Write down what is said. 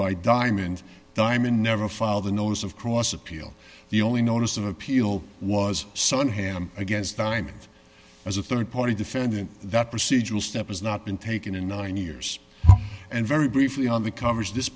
by diamond diamond never filed a notice of cross appeal the only notice of appeal was son hand against time and as a rd party defendant that procedural step has not been taken in nine years and very briefly on the covers this